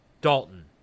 Dalton